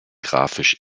grafisch